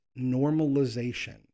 normalization